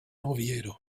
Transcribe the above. oviedo